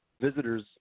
visitors